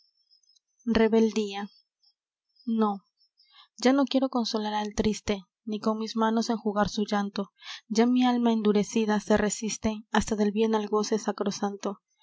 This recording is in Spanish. rebeldía no ya no quiero consolar al triste ni con mis manos enjugar su llanto ya mi alma endurecida se resiste hasta del bien al goce sacrosanto